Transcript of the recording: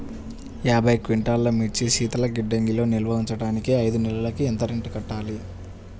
యాభై క్వింటాల్లు మిర్చి శీతల గిడ్డంగిలో నిల్వ ఉంచటానికి ఐదు నెలలకి ఎంత రెంట్ కట్టాలి?